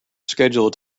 scheduled